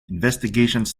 investigations